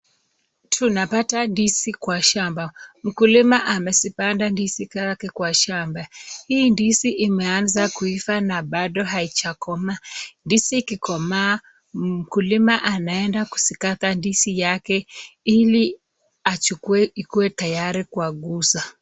Tunapata ndizi kwa shamba ,mkulima amezipanda ndizi zake kwa shamba, hii ndizi imeanza kuiva na bado haijakomaa. Ndizi ikikomaa mkulima anaenda kuzikata ndizi yake ili achukue ikue tayari kwa kuuza.